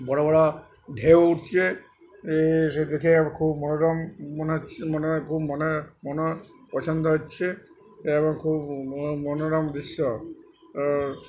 বড় বড় ঢেউ উঠছে সে দেখে খুব মনোরম মনে হচ্ছে মনে খুব মনে মন পছন্দ হচ্ছে এবং খুব মনোরম দৃশ্য